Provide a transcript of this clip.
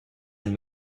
and